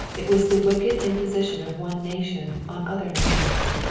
it was the wicked imposition of one nation on other nations.